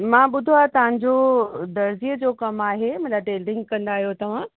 मां ॿुधो आहे तव्हां जो दर्जीअ जो कमु आहे मतिलबु टेडिंग कंदा आहियो तव्हां